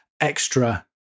extra